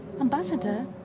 Ambassador